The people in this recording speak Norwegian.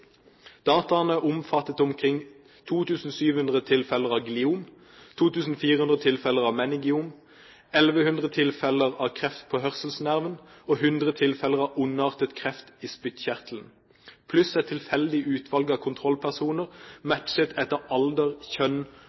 Dataene omfattet omkring 2 700 tilfeller av gliom, 2 400 tilfeller av meningeom, 1 100 tilfeller av kreft på hørselsnerven og 100 tilfeller av ondartet kreft i spyttkjertelen, pluss et tilfeldig utvalg av kontrollpersoner matchet etter alder, kjønn